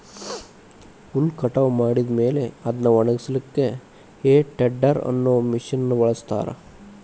ಹುಲ್ಲ್ ಕಟಾವ್ ಮಾಡಿದ ಮೇಲೆ ಅದ್ನ ಒಣಗಸಲಿಕ್ಕೆ ಹೇ ಟೆಡ್ದೆರ್ ಅನ್ನೋ ಮಷೇನ್ ನ ಬಳಸ್ತಾರ